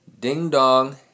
Ding-dong